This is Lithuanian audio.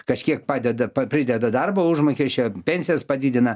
kažkiek padeda prideda darbo užmokesčio pensijas padidina